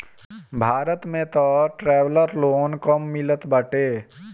भारत में तअ traveller loan कम मिलत बाटे